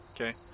Okay